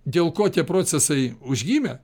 dėl ko tie procesai užgimę